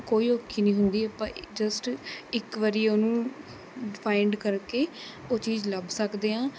ਕੋਈ ਔਖੀ ਨਹੀਂ ਹੁੰਦੀ ਆਪਾਂ ਜਸਟ ਇੱਕ ਵਾਰੀ ਉਹਨੂੰ ਫਾਇੰਡ ਕਰਕੇ ਉਹ ਚੀਜ਼ ਲੱਭ ਸਕਦੇ ਹਾਂ